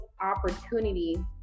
opportunity